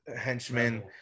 henchmen